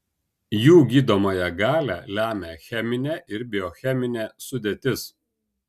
jų gydomąją galią lemia cheminė ir biocheminė sudėtis